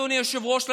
אדוני היושב-ראש.